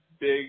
big